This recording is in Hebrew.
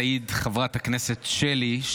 תעיד חברת הכנסת שלי,